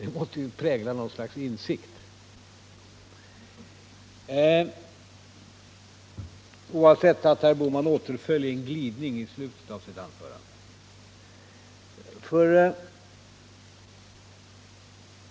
Den rättelsen måste präglas av något slags insikt — även om herr Bohman återföll i glidningar i slutet av sitt anförande.